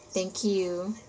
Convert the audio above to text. thank you